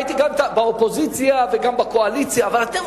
הייתי גם באופוזיציה וגם בקואליציה, אבל אתם,